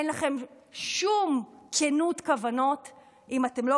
אין לכם שום כוונות כנות אם אתם לא